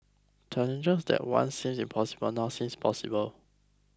challenges that once seemed impossible now seems possible